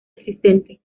existente